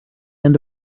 end